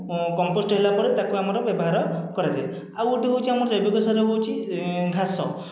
compost ହେଲାପରେ ତାକୁ ଆମର ବ୍ୟବହାର କରାଯାଏ ଆଉ ଗୋଟିଏ ହେଉଛି ଆମର ଜୈବିକ ସାର ହେଉଛି ଘାସ